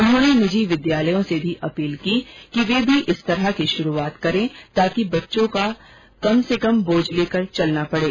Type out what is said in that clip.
उन्होंने निजी विद्यालयों से भी अपील की कि वे भी इस तरह की शुरूआत करें ताकि बच्चों को कम बोझ लेकर स्कूल जाना पड़े